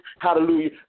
hallelujah